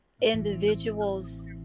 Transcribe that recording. individuals